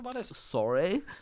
Sorry